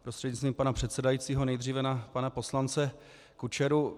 Prostřednictvím pana předsedajícího nejdříve na pana poslance Kučeru.